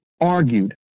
argued